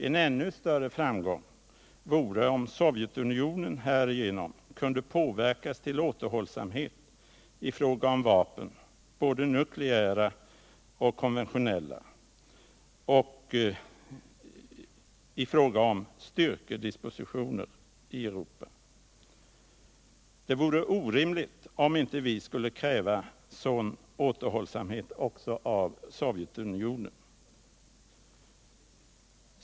En ännu större framgång vore om Sovjetunionen härigenom kunde påverkas: till återhållsamhet i fråga om vapen — både nukleära och konventioneHa — och i fråga om styrkedispositioner i Europa. Det vore orimligt om vi inte skulle kräva sådan återhållsamhet också av Sovjetunionen.